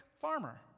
farmer